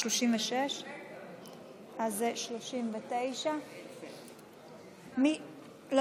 36. אז זה 39. אפשר?